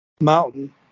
Mountain